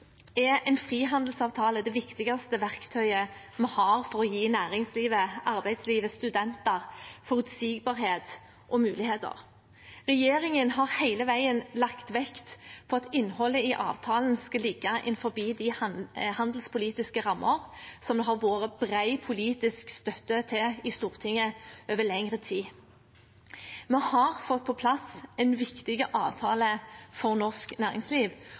er en frihandelsavtale det viktigste verktøyet vi har for å gi næringslivet, arbeidslivet og studenter forutsigbarhet og muligheter. Regjeringen har hele veien lagt vekt på at innholdet i avtalen skal ligge innenfor de handelspolitiske rammer som det har vært bred politisk støtte til i Stortinget over lengre tid. Vi har fått på plass en viktig avtale for norsk næringsliv,